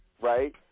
right